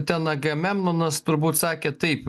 ten agamemnonas turbūt sakė taip